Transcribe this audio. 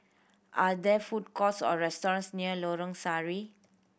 are there food courts or restaurants near Lorong Sari